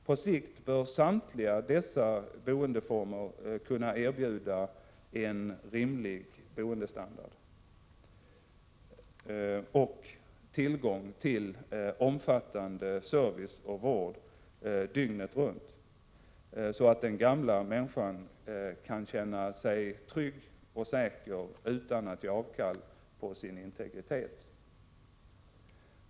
På sikt bör samtliga dessa boendeformer kunna erbjuda en rimlig boendestandard och tillgång till omfattande service och vård dygnet runt, så att den gamla människan kan känna sig trygg och säker utan att ge avkall på sin integritet.